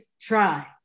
try